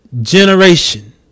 generation